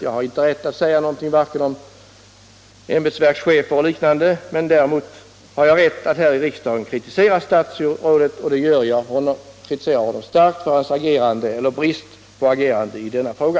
Jag har inte rätt att säga nånting om verkschefer och andra ämbetsmän, däremot har jag rätt att här i riksdagen kritisera statsrådet, och det gör jag. Jag vänder mig starkt mot hans agerande eller brist på agerande i denna fråga.